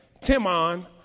Timon